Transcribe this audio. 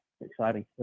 Exciting